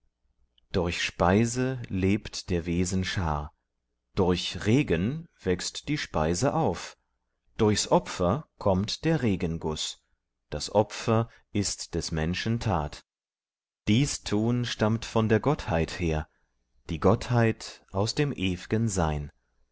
durch speise lebt der wesen schar durch regen wächst die speise auf durch's opfer kommt der regenguß das opfer ist des menschen tat dies tun stammt von der gottheit her die gottheit aus dem ew'gen sein